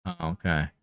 okay